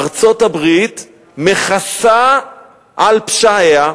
ארצות-הברית מכסה על פשעיה,